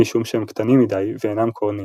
משום שהם קטנים מדי ואינם קורנים.